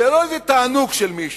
זה לא תענוג של מישהו.